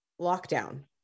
lockdown